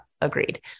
agreed